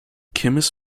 chemists